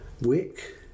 Wick